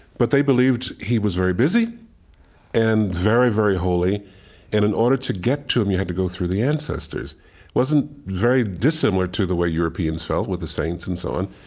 but they believed he was very busy and very, very holy, and in order to get to him, you had to go through the ancestors. it wasn't very dissimilar to the way europeans felt with the saints, and so on.